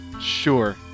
Sure